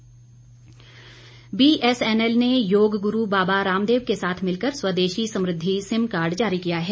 sim card BSNL ने योग गुरू बाबा रामदेव के साथ मिलकर स्वदेशी समृद्धि सिम कार्ड जारी किया है